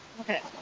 Okay